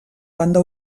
banda